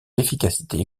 l’efficacité